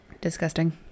Disgusting